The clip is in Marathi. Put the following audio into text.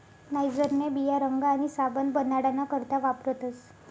नाइजरन्या बिया रंग आणि साबण बनाडाना करता वापरतस